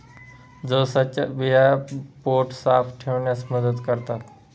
जवसाच्या बिया पोट साफ ठेवण्यास मदत करतात